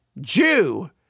Jew